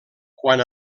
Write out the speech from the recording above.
quan